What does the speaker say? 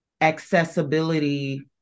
accessibility